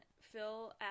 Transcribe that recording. fill